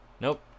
Nope